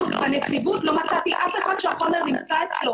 בנציבות לא מצאתי אף אחד שהחומר נמצא אצלו,